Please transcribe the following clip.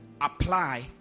apply